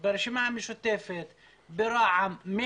לצערנו, לא יצא לך להיות אתנו בגלל האבל.